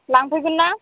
लांफैगोनना